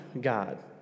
God